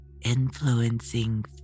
influencing